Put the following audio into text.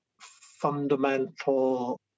fundamental